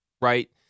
right